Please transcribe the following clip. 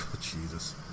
Jesus